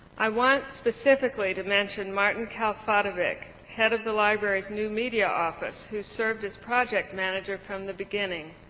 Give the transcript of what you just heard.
i want specifically to mention martin kalfatovic, head of the library's new media office, who served as project manager from the beginning.